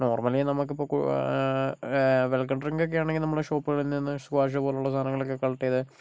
normally നമുക്കിപ്പോൾ welcome ഡ്രിങ്കൊക്കെ ആണെങ്കിൽ നമ്മൾ ഷോപ്പുകളിൽ നിന്ന് സ്ക്വാഷ് പോലെയുള്ള സാനങ്ങളൊക്കെ കളക്ട് ചെയ്ത്